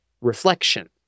reflection